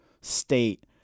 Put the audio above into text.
state